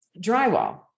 drywall